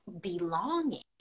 belonging